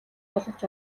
боловч